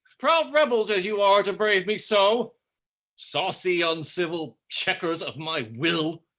proud rebels as you ah are to brave me so saucy, uncivil, checkers of my will.